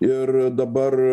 ir dabar